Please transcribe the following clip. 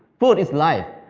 food is life.